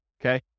okay